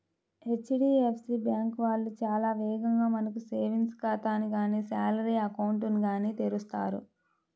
HDFC bank వాళ్ళు చాలా వేగంగా మనకు సేవింగ్స్ ఖాతాని గానీ శాలరీ అకౌంట్ ని గానీ తెరుస్తారు